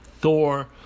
Thor